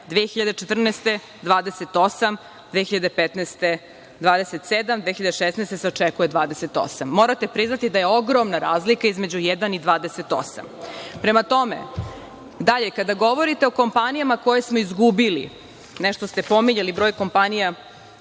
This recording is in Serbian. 2015. godine 27, 2016. godine se očekuje 28. Morate priznati da je ogromna razlika između jedan i 28.Prema tome, kada govorite o kompanijama koje smo izgubili, nešto ste pominjali broj kompanija